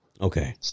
Okay